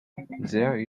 there